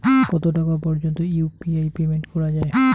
কত টাকা পর্যন্ত ইউ.পি.আই পেমেন্ট করা যায়?